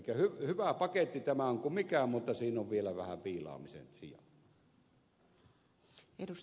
elikkä hyvä paketti tämä on kuin mikä mutta siinä on vielä vähän viilaamisen sijaa